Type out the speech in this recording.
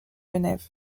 genève